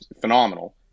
phenomenal